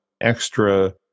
extra